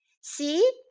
See